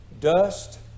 Dust